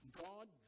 God